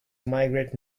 migrate